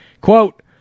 Quote